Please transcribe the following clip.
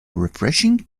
refreshing